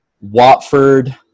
Watford